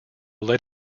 led